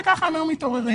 וכך הם היו מתעוררים.